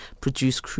produce